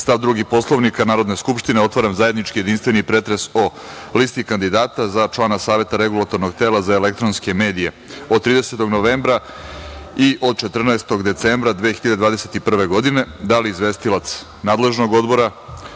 stav 2. Poslovnika Narodne skupštine, otvaram zajednički jedinstveni pretres o Listi kandidata za člana Saveta Regulatornog tela za elektronske medije od 30. novembra i od 14. decembra 2021. godine. Da li izvestilac nadležnog odbora,